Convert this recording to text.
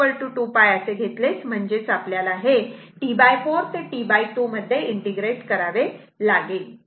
जर आपण T 2π असे घेतले म्हणजेच आपल्याला हे T4 ते T2 मध्ये करावे लागेल